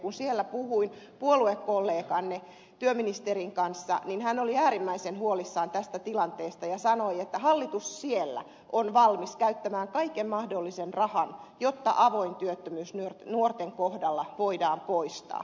kun siellä puhuin puoluekolleganne työministerin kanssa niin hän oli äärimmäisen huolissaan tästä tilanteesta ja sanoi että hallitus siellä on valmis käyttämään kaiken mahdollisen rahan jotta avoin työttömyys nuorten kohdalla voidaan poistaa